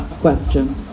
question